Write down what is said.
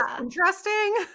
interesting